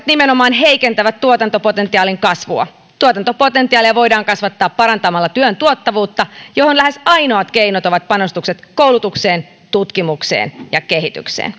nimenomaan heikentävät tuotantopotentiaalin kasvua tuotantopotentiaalia voidaan kasvattaa parantamalla työn tuottavuutta johon lähes ainoat keinot ovat panostukset koulutukseen tutkimukseen ja kehitykseen